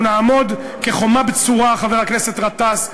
אנחנו נעמוד כחומה בצורה, חבר הכנסת גטאס,